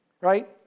right